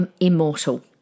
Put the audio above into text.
immortal